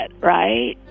right